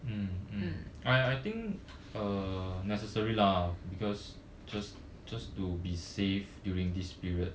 mm I I think uh necessary lah because just just to be safe during this period